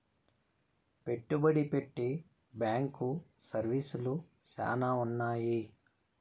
పెట్టుబడి పెట్టే బ్యాంకు సర్వీసులు శ్యానా ఉన్నాయి